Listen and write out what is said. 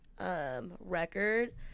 record